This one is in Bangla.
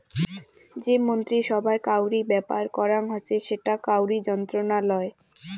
যে মন্ত্রী সভায় কাউরি ব্যাপার করাং হসে সেটা কাউরি মন্ত্রণালয়